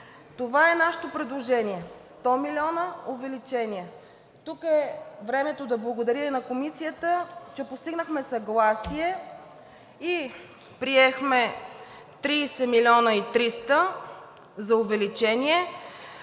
Това е нашето предложение – 100 млн. лв. увеличение! Тук е времето да благодаря и на Комисията, че постигнахме съгласие и приехме 30 млн. и 300 хил. лв. за увеличение,